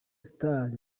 stars